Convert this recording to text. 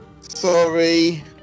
Sorry